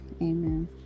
Amen